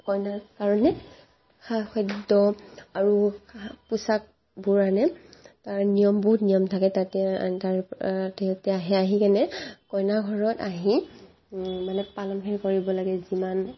কইনাৰ কাৰণে খা খাদ্য আৰু পোছাকবোৰ আনে তাৰ নিয়ম বহুত নিয়ম থাকে তাতে আন্ধাৰ সিহঁতে আহে আহি কিনে কইনাঘৰত আহি মানে পালনখিনি কৰিব লাগে যিমান